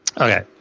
Okay